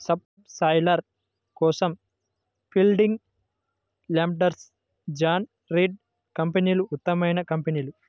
sub soiler కోసం Fielding, Landforce, John Deere కంపెనీలు ఉత్తమమైన కంపెనీలు